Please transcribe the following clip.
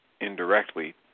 indirectly